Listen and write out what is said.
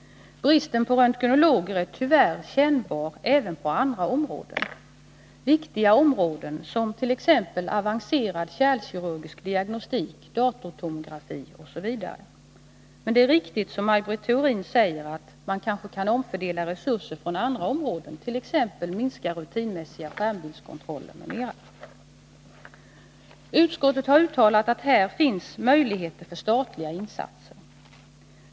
Bristen på röntgenologer är tyvärr kännbar även på andra viktiga områden, t.ex. avancerad kärlkirurgisk diagnostik och datortomografi. Men det är riktigt som Maj Britt Theorin säger att man kanske kan omfördela resurser från andra områden, t.ex. minska rutinmässiga skärmbildskontroller. Utskottet har uttalat att här finns möjligheter för statliga insatser.